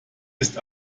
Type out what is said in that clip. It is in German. ist